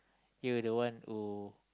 you were the one who